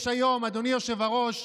יש היום, אדוני היושב-ראש,